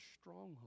stronghold